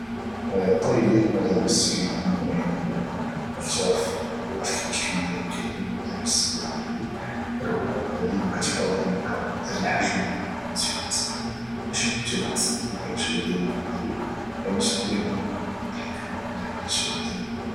طي ديال الملابس كيكون مختالف كل واحد كيفاش كايدير الطين الملابس ديالو غير هو كاتحاول انك دير الحاج الملابس يكون ماشي الا كنت غادي تصافى اولا غادي ديرهم في الماريو غاتديهم الحقيبه ديرهم فيها